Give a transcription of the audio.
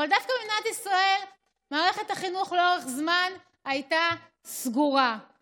אבל דווקא במדינת ישראל מערכת החינוך הייתה סגורה לאורך זמן.